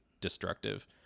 destructive